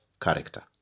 character